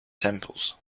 temples